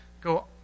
go